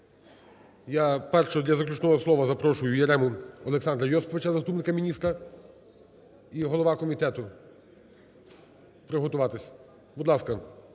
Я першого для заключного слова запрошую Ярему Олександра Йосиповича, заступника міністра. І голова комітету, приготуватися. Будь ласка,